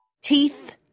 Teeth